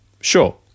sure